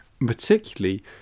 particularly